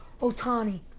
Otani